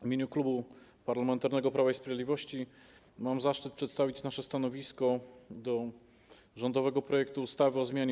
W imieniu Klubu Parlamentarnego Prawo i Sprawiedliwość mam zaszczyt przedstawić nasze stanowisko wobec rządowego projektu ustawy o zmianie